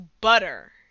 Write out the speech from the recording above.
butter